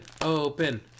open